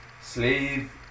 Slave